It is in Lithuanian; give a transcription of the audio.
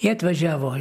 jie atvažiavo